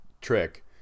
trick